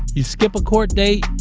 you skip a court date.